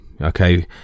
Okay